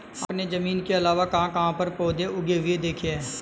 आपने जमीन के अलावा कहाँ कहाँ पर पौधे उगे हुए देखे हैं?